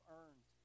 earned